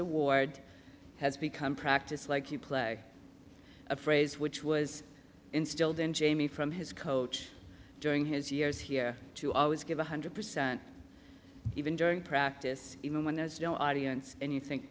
award has become practice like you play a phrase which was instilled in jamie from his coach during his years here to always give one hundred percent even during practice even when there is no audience and you think